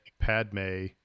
Padme